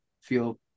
feel